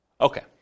Okay